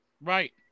right